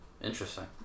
Interesting